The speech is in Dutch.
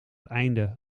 einde